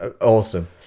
awesome